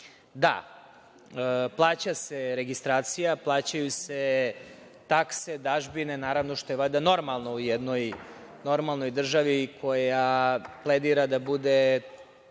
Da, plaća se registracija, plaćaju se takse, dažbine, naravno što je valjda normalno u jednoj normalnoj državi koja pledira da bude